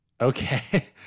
Okay